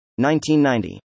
1990